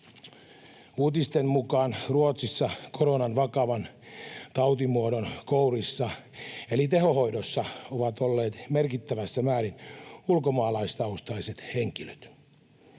Uutisten mukaan Ruotsissa koronan vakavan tautimuodon kourissa eli tehohoidossa ovat olleet merkittävissä määrin ulkomaalaistaustaiset henkilöt.